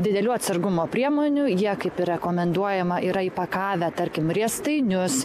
didelių atsargumo priemonių jie kaip ir rekomenduojama yra įpakavę tarkim riestainius